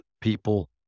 people